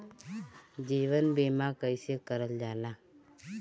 जीवन बीमा कईसे करल जाला?